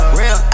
real